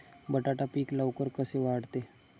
बटाटा पीक लवकर कसे वाढते?